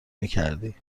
میکردی